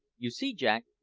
you see, jack,